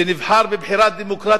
שנבחר בבחירה דמוקרטית,